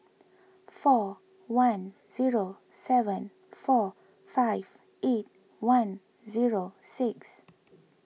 four one zero seven four five eight one zero six